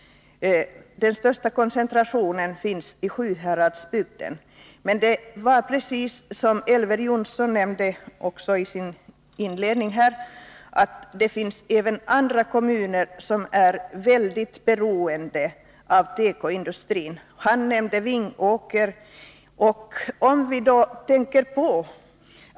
Den största koncentrationen finns i Sjuhäradsbygden, men precis som Elver Jonsson nämnde i sitt inledningsanförande finns det även andra kommuner som är mycket beroende av tekoindustrin. Han nämnde Vingåker.